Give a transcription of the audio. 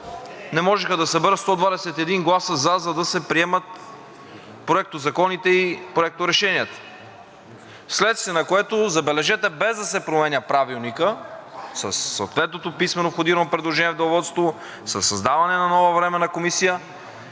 не можеха да съберат 121 гласа за, за да се приемат проектозаконите и проекторешенията, вследствие на което, забележете, без да се променя Правилникът, със съответното писмено входирано предложение в Деловодството, със създаване на нова Временна комисия